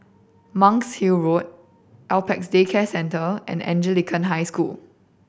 Monk's Hill Road Apex Day Care Centre and Anglican High School